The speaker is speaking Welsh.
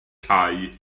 cau